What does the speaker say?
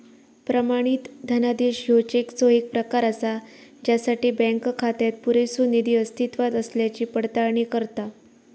प्रमाणित धनादेश ह्यो चेकचो येक प्रकार असा ज्यासाठी बँक खात्यात पुरेसो निधी अस्तित्वात असल्याची पडताळणी करता